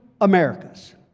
Americas